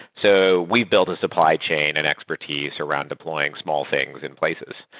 so we built a supply chain and expertise around deploying small things in places,